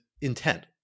intent